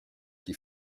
qui